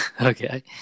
Okay